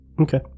Okay